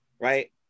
right